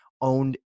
owned